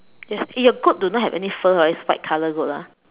yes eh your goat do not have any fur hor it's white colour goat ah